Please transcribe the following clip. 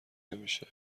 نمیشه